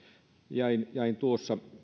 jäin jäin tuossa